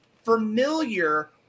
familiar